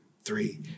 three